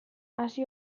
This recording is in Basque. hasi